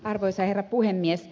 arvoisa herra puhemies